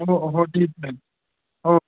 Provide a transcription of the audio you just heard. हो हो हो ठीकये